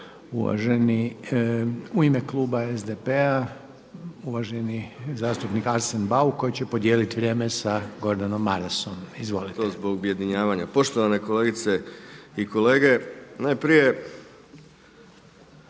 uvaženi, u ime kluba SDP-a uvaženi zastupnik Arsen Bauk koji će podijeliti vrijeme sa Gordanom Marasom. Izvolite. **Bauk, Arsen (SDP)** To zbog ujedinjavanja. Poštovane kolegice i kolege najprije